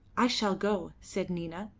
i shall go, said nina,